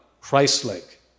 Christ-like